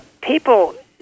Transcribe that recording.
people